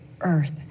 earth